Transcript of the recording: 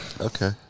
Okay